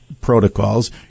protocols